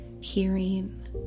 hearing